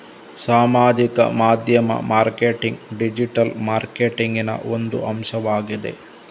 ಸಾಮಾಜಿಕ ಮಾಧ್ಯಮ marketing digital ಮಾರ್ಕೆಟಿಂಗಿನ ಒಂದು ಅಂಶವಾಗಿದೆ